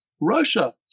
Russia